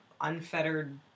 unfettered